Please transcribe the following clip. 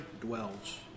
dwells